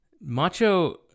Macho